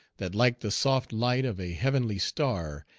that like the soft light of a heavenly star,